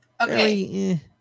Okay